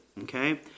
Okay